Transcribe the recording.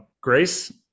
grace